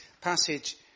passage